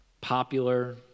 popular